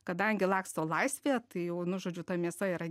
kadangi laksto laisvėje tai jau nu žodžiu ta mėsa yra